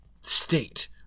state